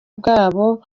bwabo